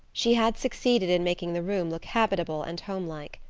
she had succeeded in making the room look habitable and homelike.